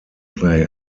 play